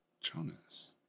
Jonas